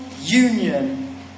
union